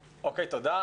תודה.